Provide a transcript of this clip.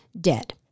dead